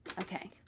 Okay